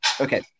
Okay